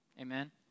Amen